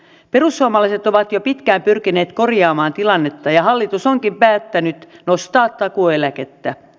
perussuomalaiset ovat jo pitkään pyrkineet korjaamaan tilannetta ja hallitus onkin päättänyt nostaa takuueläkettä